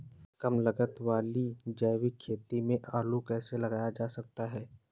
कम लागत वाली जैविक खेती में आलू कैसे लगाया जा सकता है?